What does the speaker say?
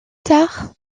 tard